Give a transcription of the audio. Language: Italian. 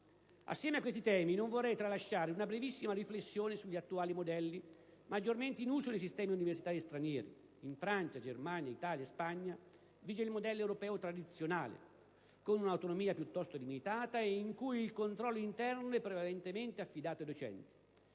Assieme a questi temi non vorrei tralasciare una brevissima riflessione sugli attuali modelli maggiormente in uso nei sistemi universitari stranieri. In Francia, Germania, Italia e Spagna vige il modello europeo tradizionale, con un'autonomia piuttosto limitata e in cui il controllo interno è prevalentemente affidato ai docenti.